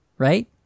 Right